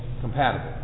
compatible